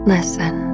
Listen